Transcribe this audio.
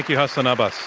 hassan abbas.